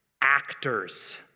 actors